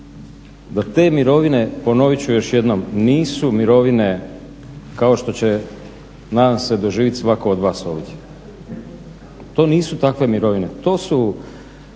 da te mirovine, ponovit ću još jednom, nisu mirovine kao što će nadam se doživjeti svatko od vas ovdje, to nisu takve mirovine. To su